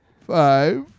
Five